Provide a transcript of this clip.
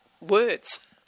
words